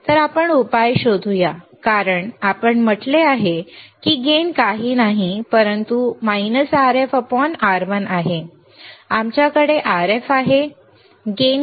तर आपण उपाय शोधूया कारण आपण म्हटले गेन काही नाही परंतु RfR1 आहे आमच्याकडे Rf आहे गेन R1